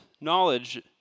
knowledge